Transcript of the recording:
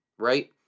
right